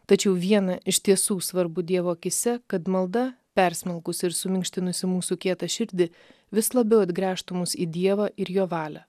tačiau vieną iš tiesų svarbu dievo akyse kad malda persmelkusi ir suminkštinusi mūsų kietą širdį vis labiau atgręžtų mus į dievą ir jo valią